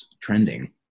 trending